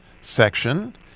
section